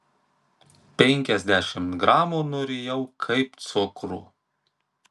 penkiasdešimt gramų nurijau kaip cukrų